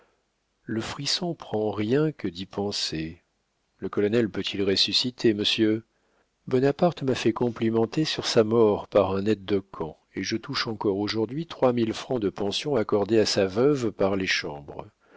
le frisson prend rien que d'y penser le colonel peut-il ressusciter monsieur bonaparte m'a fait complimenter sur sa mort par un aide-de-camp et je touche encore aujourd'hui trois mille francs de pension accordée à sa veuve par les chambres